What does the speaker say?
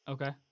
Okay